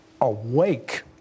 awake